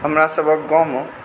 हमरासभके गाँवमे